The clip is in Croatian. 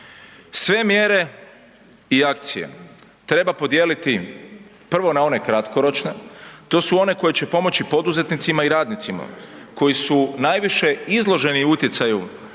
Sve mjere i akcije treba podijeliti prvo na one kratkoročne to su one koje će pomoći poduzetnicima i radnicima koji su najviše izloženi utjecaju